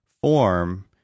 form